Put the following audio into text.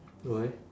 why